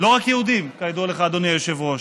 לא רק יהודים, כידוע לך, אדוני היושב-ראש,